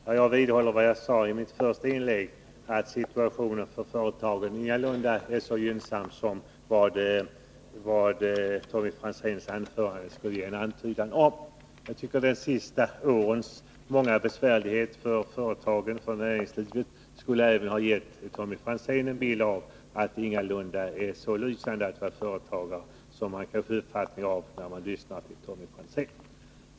Herr talman! Jag vidhåller vad jag sade i mitt första inlägg, att situationen för företagen ingalunda är så gynnsam som Tommy Franzéns anförande ger en antydan om. Jag tycker att de senaste årens många besvärligheter för näringslivet borde ha givit även Tommy Franzén en bild av att det ingalunda är så lysande att vara företagare som man kan få intryck av när man lyssnar på honom.